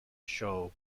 show